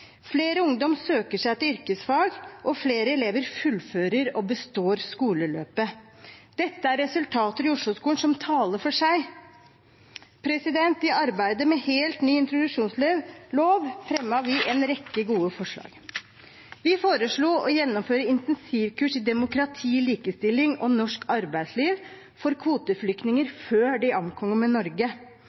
Flere ungdommer søker seg til yrkesfag, og flere elever fullfører og består skoleløpet. Dette er resultater i Osloskolen som taler for seg. I arbeidet med helt ny introduksjonslov fremmet vi en rekke gode forslag. Vi foreslo å gjennomføre intensivkurs i demokrati, likestilling og norsk arbeidsliv for kvoteflyktninger før de ankommer Norge